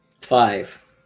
Five